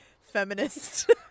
feminist